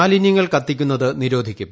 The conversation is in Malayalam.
മാലിന്യങ്ങൾ കത്തിക്കുന്നത് നിരോധിക്കും